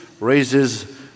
raises